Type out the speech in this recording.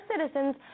citizens